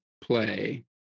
play